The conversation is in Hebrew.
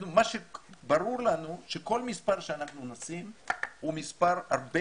ברור לנו שכל מספר שאנחנו נשים הוא מספר הרבה